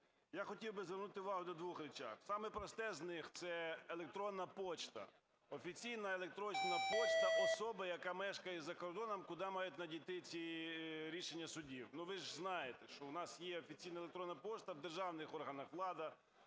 Я хотів би звернути увагу на дві речі. Сама проста з них – це електронна пошта, офіційна електронна пошта особи, яка мешкає за кордоном, куди мають надійти ці рішення судів. Ви ж знаєте, що у нас є офіційна електронна пошта в державних органах влади,